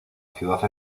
ciudad